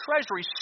treasury